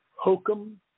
hokum